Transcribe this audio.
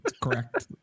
correct